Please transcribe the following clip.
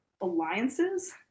alliances